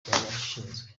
cyarashinzwe